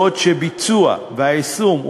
בעוד הביצוע והיישום,